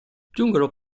giungono